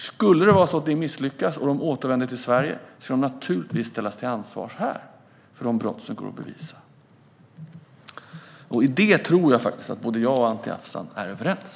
Skulle det vara så att det misslyckas och de återvänder till Sverige ska de naturligtvis ställas till svars här för de brott som går att bevisa. I det tror jag att både jag och Anti Avsan är överens.